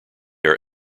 are